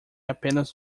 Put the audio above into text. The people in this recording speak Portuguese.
apenas